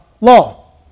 law